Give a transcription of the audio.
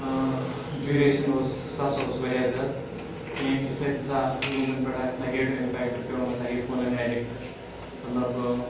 duration اوس سُہ ہَسا اوس واریاہ زیادٕ ییٚمہِ کہِ سۭتۍ ہَسا لوٗکَن پٮ۪ٹھ اَکھ نَگیٹِو اِمپیکٹ پیو یِم ہَسا گٔے فونَن اَڈِکٹ مطلب